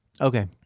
Okay